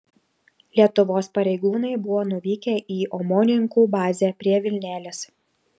lietuvos pareigūnai buvo nuvykę į omonininkų bazę prie vilnelės